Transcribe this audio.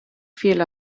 fiel